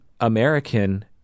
American